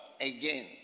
again